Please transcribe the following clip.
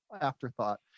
afterthought